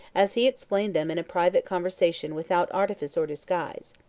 as he explained them in a private conversation without artifice or disguise.